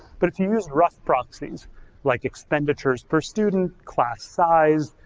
but if you use rough proxies like expenditures per student, class size,